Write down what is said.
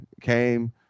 Came